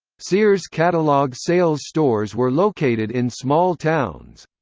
sears catalog sales stores were located in small towns.